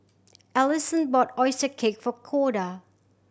Allisson bought oyster cake for Koda